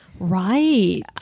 right